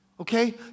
Okay